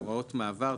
הוראות מעבר.